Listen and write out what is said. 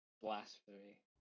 blasphemy